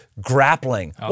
grappling